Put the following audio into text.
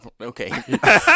okay